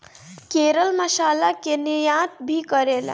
केरल मसाला कअ निर्यात भी करेला